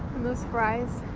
and those fries?